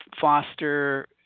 foster